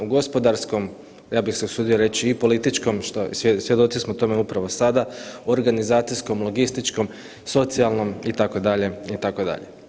U gospodarskom, ja bih se usudio reći i političkom, što, svjedoci smo tome upravo sada, organizacijskom, logističkom, socijalnom, itd., itd.